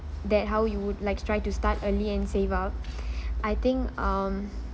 that how you would like to try to start early and up I think um